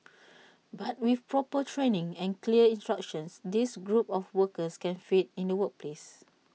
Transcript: but with proper training and clear instructions this group of workers can fit in the workplace